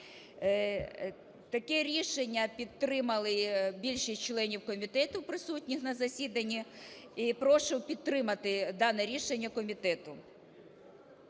Таке рішення підтримали більшість членів комітету, присутніх на засіданні, і прошу підтримати дане рішення комітету.